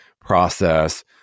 process